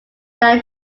than